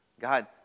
God